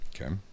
Okay